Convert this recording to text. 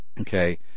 Okay